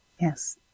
yes